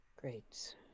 Great